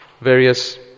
Various